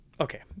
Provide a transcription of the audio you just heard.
okay